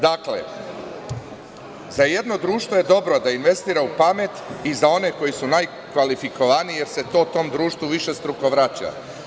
Za jedno društvo je dobro da investira u pamet i za one koji su najkvalifikovaniji, jer se to tom društvu višestruko vraća.